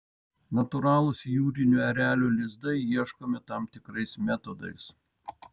natūralūs jūrinių erelių lizdai ieškomi tam tikrais metodais